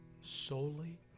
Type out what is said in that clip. solely